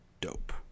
dope